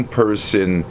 person